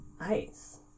Ice